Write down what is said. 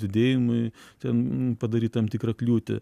didėjimui ten padaryt tam tikrą kliūtį